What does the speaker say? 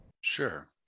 Sure